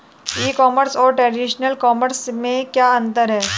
ई commerce और traditional commerce में क्या अंतर है?